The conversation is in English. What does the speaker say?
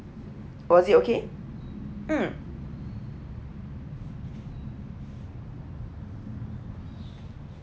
was it okay mm